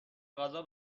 غذا